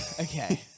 Okay